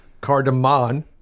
Cardamom